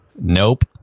Nope